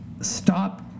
stop